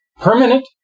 Permanent